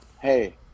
hey